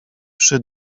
przy